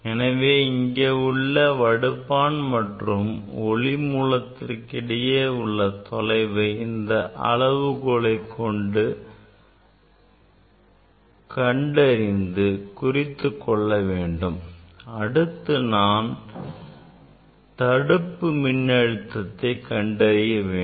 எனவே இங்கே உள்ள வடிப்பான் மற்றும் ஒளி மூலத்திற்கு இடையே உள்ள தொலைவை இந்த அளவுகோலை கொண்டு கண்டறிந்து குறித்துக்கொள்ள வேண்டும் அடுத்து நாம் தடுப்பு மின் அழுத்தத்தை கண்டறிய வேண்டும்